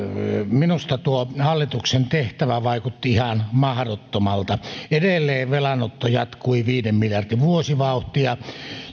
minusta tuo hallituksen tehtävä vaikutti ihan mahdottomalta edelleen velanotto jatkui viiden miljardin vuosivauhtia